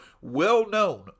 well-known